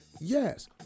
Yes